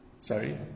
Sorry